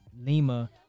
Lima